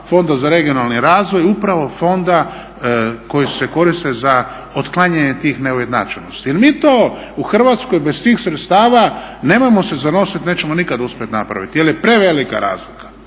Fonda za regionalni razvoj, upravo fonda koji su se koristili za otklanjanje tih neujednačenosti. Jer mi to u Hrvatskoj bez tih sredstava, nemojmo se zanositi nećemo nikada uspjeti napraviti jer je prevelika razlika.